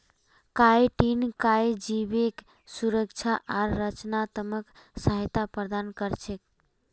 chitin कई जीवके सुरक्षा आर संरचनात्मक सहायता प्रदान कर छेक